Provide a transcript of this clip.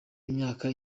imyaka